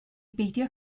beidio